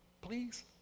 please